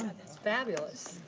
that's fabulous.